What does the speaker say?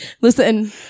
Listen